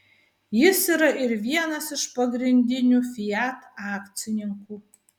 jis yra ir vienas iš pagrindinių fiat akcininkų